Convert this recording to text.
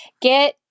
get